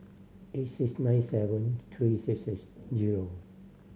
eight six nine seven three six six zero